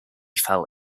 fell